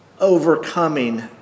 overcoming